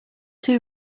too